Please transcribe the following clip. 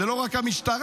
זאת לא רק המשטרה: